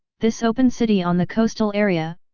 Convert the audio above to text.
this open city on the coastal area,